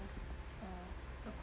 oh